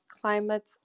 climate